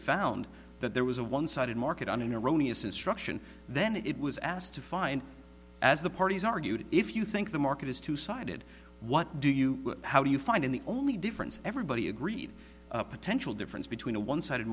found that there was a one sided market on iranian instruction then it was asked to find as the parties argued if you think the market is two sided what do you how do you find in the only difference everybody agreed a potential difference between a one sided